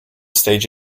stage